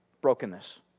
brokenness